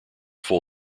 full